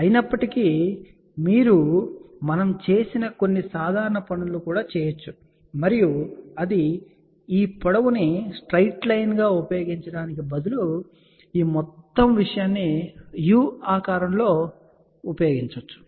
అయినప్పటికీ మీరు మనము చేసిన కొన్ని సాధారణ పనులను కూడా చేయవచ్చు మరియు అది ఈ పొడవుని స్ట్రెయిట్ లైన్ గా ఉపయోగించడానికి బదులుగా మీరు ఈ మొత్తం విషయాన్ని u ఆకారం రూపంలో కూడా ఉపయోగించవచ్చు